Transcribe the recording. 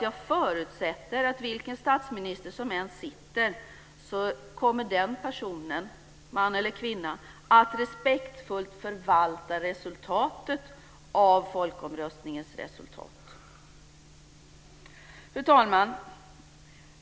Jag förutsätter också att vilken statsminister som än sitter kommer den personen, man eller kvinna, att respektfullt förvalta resultatet av folkomröstningen. Fru talman!